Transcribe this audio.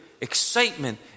excitement